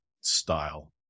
style